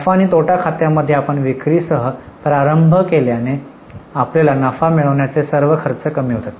नफा आणि तोटा खात्यामध्ये आपण विक्रीसह प्रारंभ केल्याने आपल्याला नफा मिळविण्याचे सर्व खर्च कमी होतात